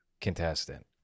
contestant